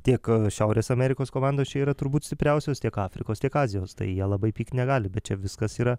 tiek šiaurės amerikos komandos čia yra turbūt stipriausios tiek afrikos tiek azijos tai jie labai pykt negali bet čia viskas yra